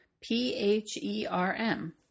P-H-E-R-M